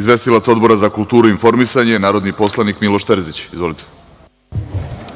izvestilac Odbora za kulturu i informisanje, narodni poslanik Miloš Terzić. Izvolite.